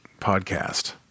podcast